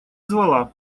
звала